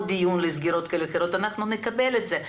דיון לסגירות כאלה או אחרות אנחנו נקבל את זה,